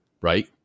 Right